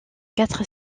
quatre